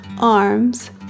arms